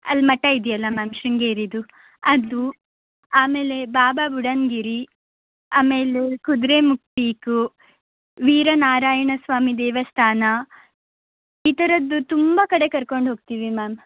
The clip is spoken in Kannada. ಅಲ್ಲಿ ಮಠ ಇದೆಯಲ್ಲ ಮ್ಯಾಮ್ ಶೃಂಗೇರಿದು ಅದು ಆಮೇಲೆ ಬಾಬಾ ಬುಡನ್ಗಿರಿ ಆಮೇಲೆ ಕುದುರೆಮುಖ ಪೀಕ್ ವೀರನಾರಾಯಣ ಸ್ವಾಮಿ ದೇವಸ್ಥಾನ ಈ ಥರದ್ದು ತುಂಬ ಕಡೆ ಕರ್ಕೊಂಡು ಹೋಗ್ತೀವಿ ಮ್ಯಾಮ್